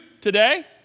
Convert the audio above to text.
today